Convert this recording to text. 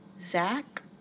Zach